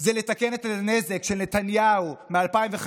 זה לתקן את הנזק של נתניהו מ-2015,